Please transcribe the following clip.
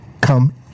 come